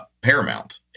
paramount